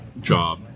job